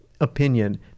opinion